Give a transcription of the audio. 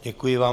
Děkuji vám.